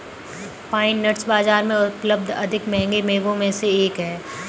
pine nuts बाजार में उपलब्ध अधिक महंगे मेवों में से एक हैं